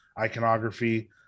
iconography